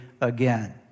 again